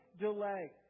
delay